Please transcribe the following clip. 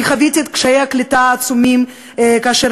חוויתי את קשיי הקליטה העצומים כאשר